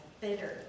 bitter